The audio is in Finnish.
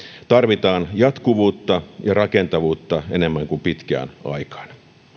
tarvitaan jatkuvuutta ja rakentavuutta enemmän kuin pitkään aikaan